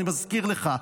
אני מזכיר לך.